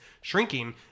shrinking